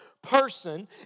Person